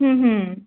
হুম হুম